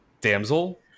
damsel